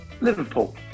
Liverpool